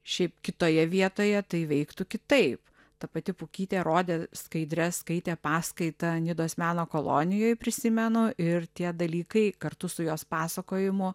šiaip kitoje vietoje tai veiktų kitaip ta pati pukytė rodė skaidres skaitė paskaitą nidos meno kolonijoj prisimenu ir tie dalykai kartu su jos pasakojimu